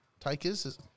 Takers